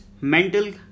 mental